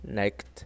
Next